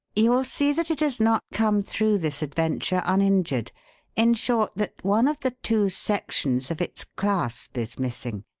you will see that it has not come through this adventure uninjured in short, that one of the two sections of its clasp is missing,